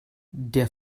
der